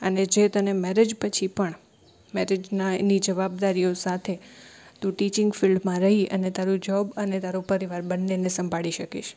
અને જે તને મેરેજ પછી પણ મેરેજના એની જવાબદારીઓ સાથે તુ ટિચિંગ ફિલ્ડમાં રહી અને તારું જૉબ અને તારો પરિવાર બંનેને સંભાળી શકીશ